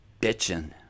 bitching